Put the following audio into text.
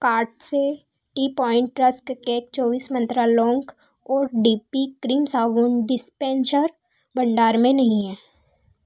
cart से T point rusk cake चौबीस मंत्रा लौंग और डी पी क्रीम साबुन डिस्पेंशर भंडार में नहीं हैं